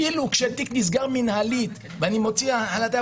אפילו כשתיק נסגר מנהלית ואני מוציא החלטה,